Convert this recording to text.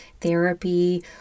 therapy